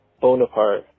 Bonaparte